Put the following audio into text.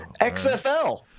xfl